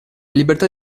libertà